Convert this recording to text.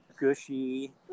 gushy